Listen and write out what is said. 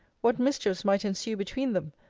what mischiefs might ensue between them,